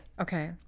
Okay